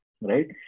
right